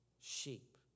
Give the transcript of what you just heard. sheep